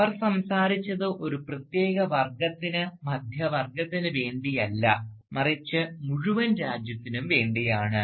അവർ സംസാരിച്ചത് ഒരു പ്രത്യേക വർഗ്ഗത്തിന് മധ്യവർഗത്തിന് വേണ്ടിയല്ല മറിച്ച് മുഴുവൻ രാജ്യത്തിനും വേണ്ടിയാണ്